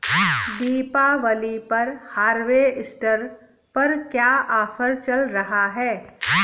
दीपावली पर हार्वेस्टर पर क्या ऑफर चल रहा है?